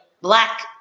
black